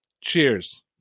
cheers